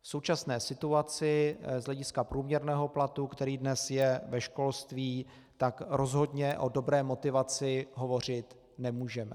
V současné situaci z hlediska průměrného platu, který dnes je ve školství, tak rozhodně o dobré motivaci hovořit nemůžeme.